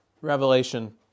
Revelation